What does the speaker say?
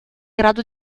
grado